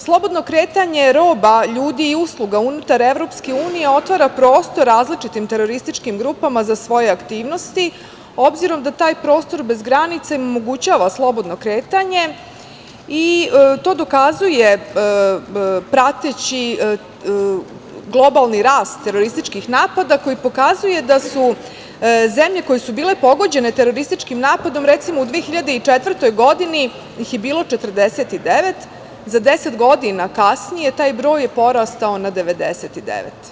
Slobodno kretanje roba, ljudi i usluga unutar EU otvara prostor različitim terorističkim grupama za svoje aktivnosti, obzirom da taj prostor bez granica im omogućava slobodno kretanje, i to dokazuje prateći globalni rast terorističkih napada koji pokazuje da su zemlje koje su bile pogođene terorističkim napadom, recimo u 2004. godini ih je bilo 49, za 10 godina kasnije taj broj je porastao na 99.